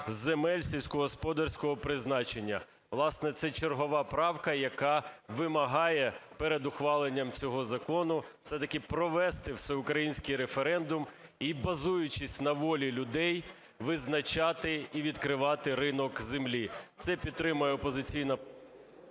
земель сільськогосподарського призначення. Власне, це чергова правка, яка вимагає перед ухваленням цього закону все-таки провести всеукраїнський референдум, і, базуючись на волі людей, визначати і відкривати ринок землі. Це підтримує… ГОЛОВУЮЧИЙ.